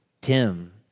Tim